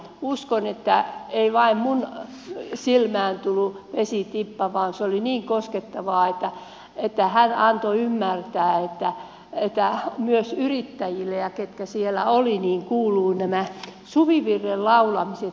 uskon että ei vain minun silmääni tullut vesitippa vaan se oli niin koskettavaa kun hän antoi ymmärtää että myös yrittäjille ja niille joita siellä oli kuuluu nämä suvivirren laulamiset